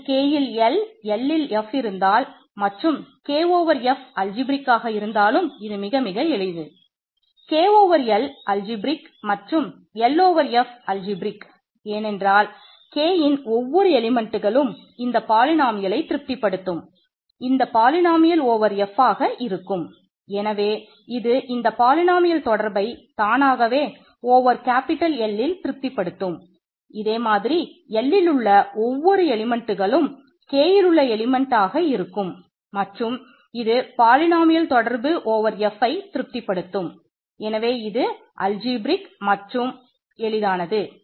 நமக்கு Kல் L Lல் F இருந்தால் மற்றும் K ஓவர் மற்றும் இது எளிதானது